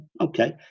okay